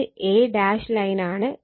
ഇത് a line ആണ്